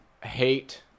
hate